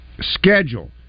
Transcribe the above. schedule